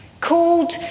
called